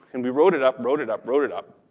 and we wrote it up, wrote it up, wrote it up,